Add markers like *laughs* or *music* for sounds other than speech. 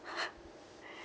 *laughs*